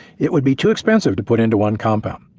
it would be too expensive to put into one compound.